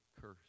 curse